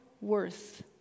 worth